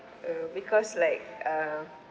err because like uh